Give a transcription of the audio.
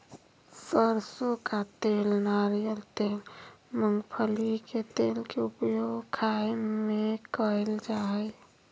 सरसों का तेल नारियल तेल मूंगफली के तेल के उपयोग खाय में कयल जा हइ